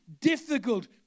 difficult